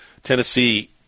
Tennessee